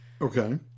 Okay